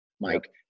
Mike